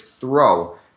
throw